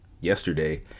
Yesterday